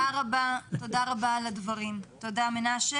תודה רבה על הדברים מנשה.